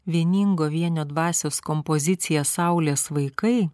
vieningo vienio dvasios kompozicija saulės vaikai